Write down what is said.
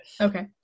Okay